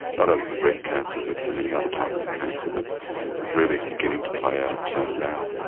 not only for breast cancer but for many other types of cancer that really is beginning to play out um now.